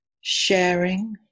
sharing